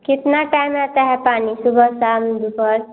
कितना टाइम रहता है पानी सुबह शाम दुपहर